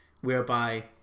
whereby